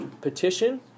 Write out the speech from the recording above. Petition